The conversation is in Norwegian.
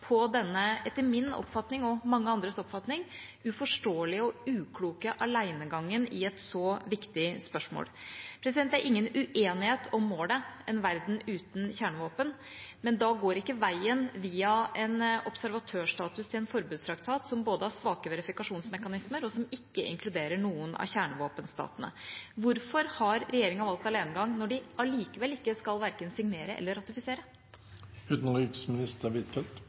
på denne, etter min og mange andres oppfatning, uforståelige og ukloke alenegangen i et så viktig spørsmål? Det er ingen uenighet om målet – en verden uten kjernevåpen – men da går ikke veien via en observatørstatus til en forbudstraktat, som både har svake verifikasjonsmekanismer, og som ikke inkluderer noen av kjernevåpenstatene. Hvorfor har regjeringa valgt alenegang når de allikevel ikke skal verken signere eller